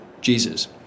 Jesus